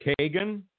Kagan